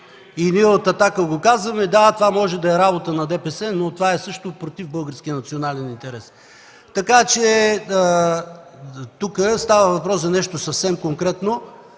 Ние от „Атака” го казваме: „Да, това може да е работа на ДПС, но това е също против българския национален интерес”. Така че тук става въпрос за нещо съвсем конкретно.